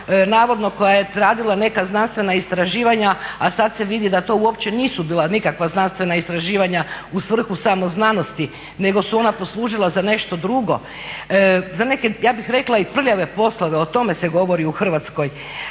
navodno koja je radila neka znanstvena istraživanja, a sada se vidi da to uopće nisu bila nikakva znanstvena istraživanja u svrhu samo znanosti nego su ona poslužila za nešto drugo, za neke ja bih rekla i prljave poslove, o tome se govori u Hrvatskoj.